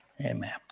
amen